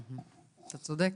אתה צודק,